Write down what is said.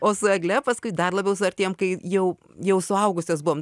o su egle paskui dar labiau suartėjom kai jau jau suaugusios buvom